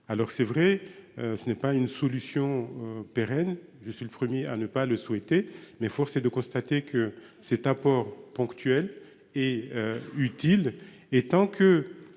Alors c'est vrai, ce n'est pas une solution pérenne. Je suis le 1er à ne pas le souhaiter, mais force est de constater que cet apport ponctuel et utile et tant que.